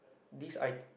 this i~